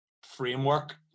framework